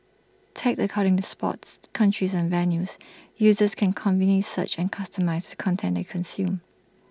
tagged according to sports countries and venues users can conveniently search and customise the content they consume